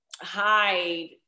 hide